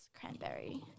Cranberry